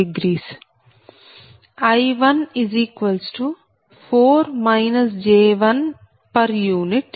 I14 j1p